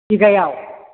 बिगायाव